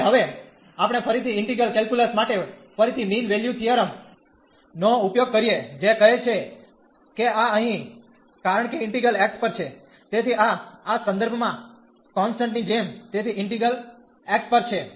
અને હવે આપણે ફરીથી ઇન્ટિગલ કેલક્યુલસ માટે ફરીથી મીન વેલ્યુ થીયરમ નો ઉપયોગ કરીએ જે કહે છે કે આ અહીં કારણ કે ઈન્ટિગ્રલ x પર છે તેથી આ આ સંદર્ભ માં કોન્સટન્ટ ની જેમ તેથી ઈન્ટિગ્રલ x પર છે